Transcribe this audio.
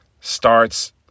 starts